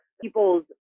people's